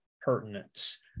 pertinence